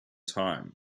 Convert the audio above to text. time